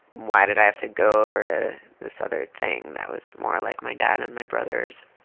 why did i have to go over to this other thing that was more like my dad and my brothers?